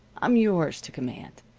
i'm yours to command.